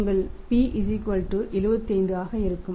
உங்கள் p 75 ஆக இருக்கும்